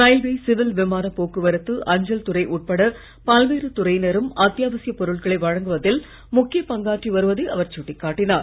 railway civil விமான போக்குவரத்து அஞ்சல் துறை உட்பட பல்வேறு துறையினரும் அத்தியாவசிய பொருட்களை வழங்குவதில் முக்கிய பங்காற்றி வருவதை அவர் சுட்டிக் காட்டினார்